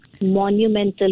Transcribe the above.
monumental